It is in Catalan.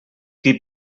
qui